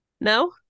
No